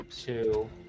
two